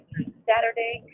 Saturday